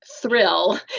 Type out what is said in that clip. thrill